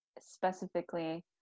specifically